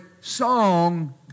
song